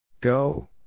Go